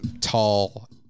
tall